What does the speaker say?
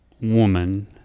woman